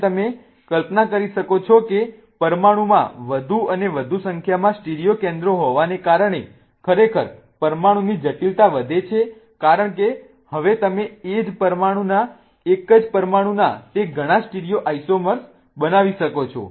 જેમ તમે કલ્પના કરી શકો છો કે પરમાણુમાં વધુ અને વધુ સંખ્યામાં સ્ટીરિયો કેન્દ્રો હોવાને કારણે ખરેખર પરમાણુની જટિલતા વધે છે કારણ કે હવે તમે એક જ પરમાણુના તે ઘણા સ્ટીરિયોઆઈસોમર્સ બનાવી શકો છો